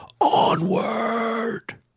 Onward